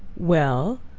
well?